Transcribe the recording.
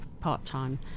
part-time